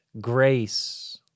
grace